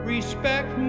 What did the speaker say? Respect